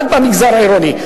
רק במגזר העירוני.